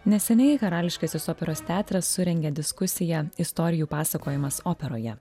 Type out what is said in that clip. neseniai karališkasis operos teatras surengė diskusiją istorijų pasakojimas operoje